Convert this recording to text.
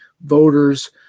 voters